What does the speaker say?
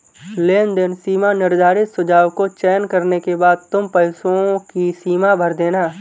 लेनदेन सीमा निर्धारित सुझाव को चयन करने के बाद तुम पैसों की सीमा भर देना